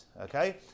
Okay